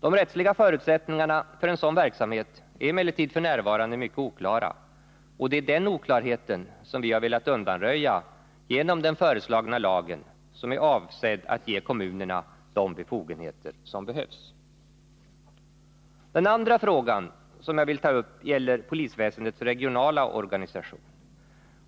De rättsliga förutsättningarna för en sådan verksamhet är emellertid nu mycket oklara, och det är denna oklarhet som vi har velat undanröja genom den föreslagna lagen, som är avsedd att ge kommunerna de befogenheter som behövs. Den andra frågan som jag vill ta upp gäller polisväsendets regionala organisation.